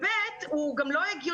וב', הוא גם לא הגיוני.